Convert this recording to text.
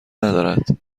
ندارد